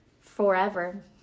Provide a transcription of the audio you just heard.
Forever